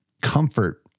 comfort